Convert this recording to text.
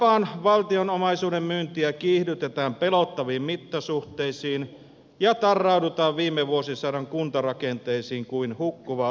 tuttuun tapaan valtionomaisuuden myyntiä kiihdytetään pelottaviin mittasuhteisiin ja tarraudutaan viime vuosisadan kuntarakenteisiin kuin hukkuva oljenkorteen